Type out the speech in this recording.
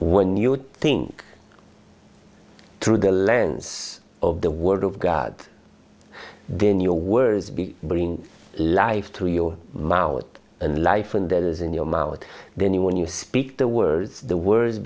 when you think through the lens of the word of god then your words be bring life to your mouth and life and that is in your mouth then when you speak the words the words